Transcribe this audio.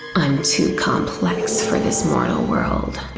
i'm too complex for this mortal world,